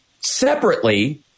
separately